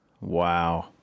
Wow